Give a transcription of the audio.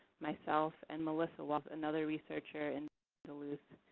myself and melissa walls, another researcher in duluth,